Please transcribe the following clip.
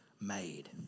Made